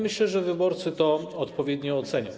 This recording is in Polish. Myślę, że wyborcy to odpowiednio ocenią.